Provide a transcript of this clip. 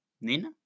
Nina